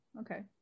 Okay